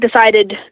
decided